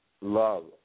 love